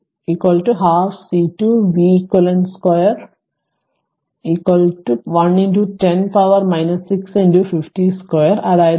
അതുപോലെ w 2 പകുതി C2 v eq 2 പകുതി 1 10 പവർ 6 50 2 അതായത് 1